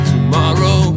Tomorrow